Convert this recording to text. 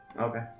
Okay